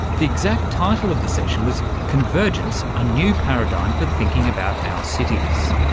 the exact title of the session was convergence a new paradigm for thinking about our cities.